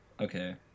okay